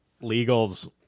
Legal's